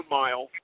mile